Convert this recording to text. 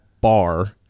bar